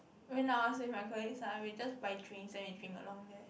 when I was with my colleagues ah we just buy drinks then we drink along there